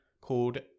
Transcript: called